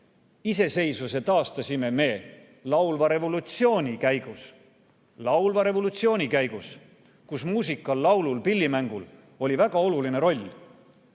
Iseseisvuse taastasime me laulva revolutsiooni käigus, kus muusikal, laulul ja pillimängul oli väga oluline roll.